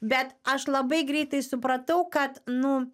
bet aš labai greitai supratau kad nu